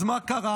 אז מה קרה?